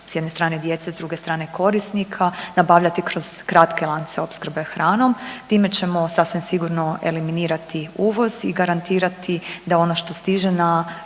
s jedne strane djece, s druge strane korisnika nabavljati kroz kratke lance opskrbe hranom. Time ćemo sasvim sigurno eliminirati uvoz i garantirati da ono što stiže na